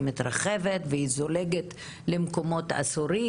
היא מתרחבת והיא זולגת למקומות אסורים,